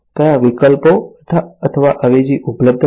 કયા વિકલ્પો અથવા અવેજી ઉપલબ્ધ છે